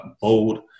bold